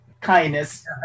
Kindness